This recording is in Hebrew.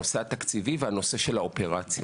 הנושא התקציבי והנושא של האופרציה.